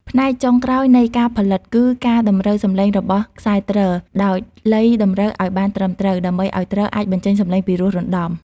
ផ្នែកចុងក្រោយនៃការផលិត គឺការតម្រូវសំឡេងរបស់ខ្សែទ្រ ដោយលៃតម្រូវឱ្យបានត្រឹមត្រូវ ដើម្បីឱ្យទ្រអាចបញ្ចេញសំឡេងពីរោះរណ្ដំ។